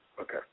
Okay